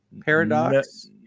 paradox